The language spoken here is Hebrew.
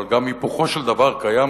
אבל גם היפוכו של דבר קיים,